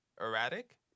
erratic